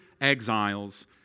exiles